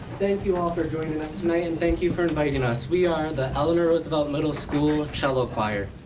thank you all for joining us tonight and thank you for inviting us. we are the eleanor roosevelt middle school cello choir.